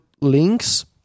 links